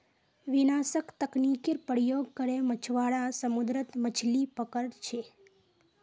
विनाशक तकनीकेर प्रयोग करे मछुआरा समुद्रत मछलि पकड़ छे